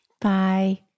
Bye